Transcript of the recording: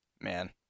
Man